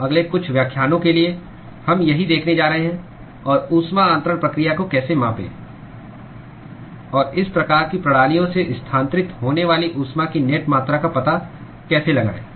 तो अगले कुछ व्याख्यानों के लिए हम यही देखने जा रहे हैं और ऊष्मा अन्तरण प्रक्रिया को कैसे मापें और इस प्रकार की प्रणालियों से स्थानांतरित होने वाली ऊष्मा की नेट मात्रा का पता कैसे लगाएं